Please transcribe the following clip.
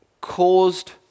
caused